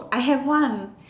I have one